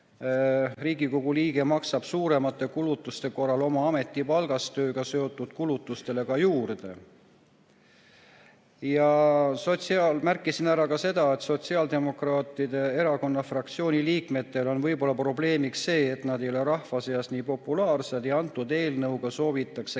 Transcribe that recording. Riigikogu liige maksab suuremate kulutuste korral oma ametipalgast tööga seotud kulutustele juurde. Ma märkisin ka seda, et Sotsiaaldemokraatliku Erakonna fraktsiooni liikmetel on võib-olla probleemiks see, et nad ei ole rahva seas nii populaarsed, ja selle eelnõuga soovitakse